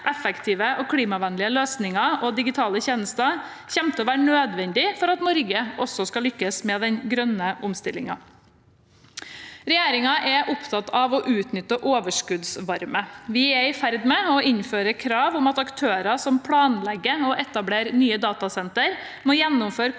effektive og klimavennlige løsninger og digitale tjenester kommer til å være nødvendig for at Norge også skal lykkes med den grønne omstillingen. Regjeringen er opptatt av å utnytte overskuddsvarme. Vi er i ferd med å innføre krav om at aktører som planlegger å etablere nye datasentre, må gjennomføre